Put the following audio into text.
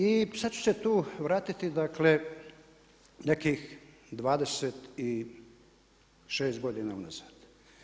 I sad ću se tu vratiti dakle, nekih 26 godina unazad.